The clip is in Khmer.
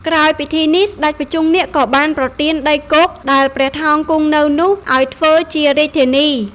ក្រោយពិធីនេះ ស្ដេចភុជង្គនាគក៏បានប្រទានដីគោកដែលព្រះថោងគង់នៅនោះ ឲ្យធ្វើជារាជធានី។